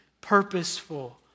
purposeful